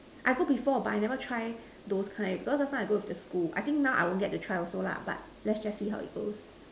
I go before but I never try those kind because last time I go with the school I think now I won't get to try also lah but let's just see how it goes